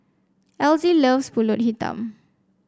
Elzie loves pulut hitam